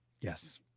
Yes